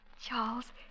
Charles